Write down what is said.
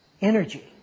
energy